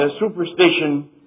superstition